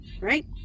right